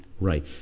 right